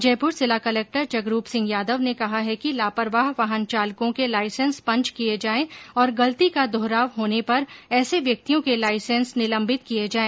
जयप्र जिला कलेक्टर जगरूप सिंह यादव ने कहा है कि लापरवाह वाहन चालकों के लाइसेंस पंच किए जाए और गलती का दोहराव होने पर ऐसे व्यक्तियों के लाइसेंस निलंबित किए जाए